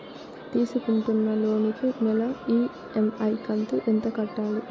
తీసుకుంటున్న లోను కు నెల ఇ.ఎం.ఐ కంతు ఎంత కట్టాలి?